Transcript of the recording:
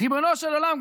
ריבונו של עולם,